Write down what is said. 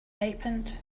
ripened